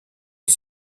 est